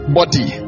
body